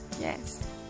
Yes